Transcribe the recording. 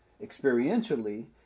Experientially